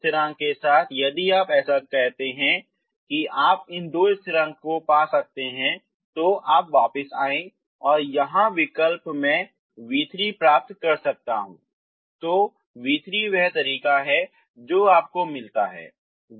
तो इन स्थिरांक के साथ यदि आप ऐसा करते हैं कि आप इन दो स्थिरांकों को पा सकते हैं ताकि आप वापस आएं और यहां विकल्प मैं v3 प्राप्त कर सकता हूं तो v3 वह तरीका है जो आपको मिलता है